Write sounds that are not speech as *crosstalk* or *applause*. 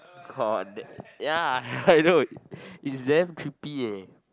caught ya I know *laughs* it's damn creepy ah